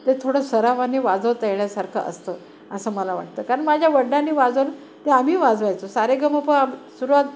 ते थोडं सरावने वाजवता येण्यासारखं असतं असं मला वाटतं कारन माझ्या वडलांनी वाजवून ते आ्ही वाजवायचो सा रे ग म प आ सुरुवात